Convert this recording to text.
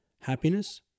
Happiness